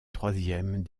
troisième